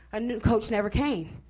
a new coach never came.